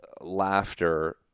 laughter